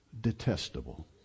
detestable